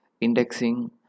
indexing